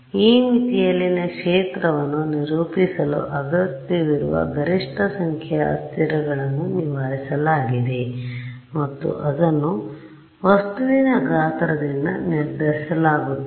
ಈ ಮಿತಿಯಲ್ಲಿನ ಕ್ಷೇತ್ರವನ್ನು ನಿರೂಪಿಸಲು ಅಗತ್ಯವಿರುವ ಗರಿಷ್ಠ ಸಂಖ್ಯೆಯ ಅಸ್ಥಿರಗಳನ್ನು ನಿವಾರಿಸಲಾಗಿದೆ ಮತ್ತು ಅದನ್ನು ವಸ್ತುವಿನ ಗಾತ್ರದಿಂದ ನಿರ್ಧರಿಸಲಾಗುತ್ತದೆ